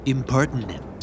Impertinent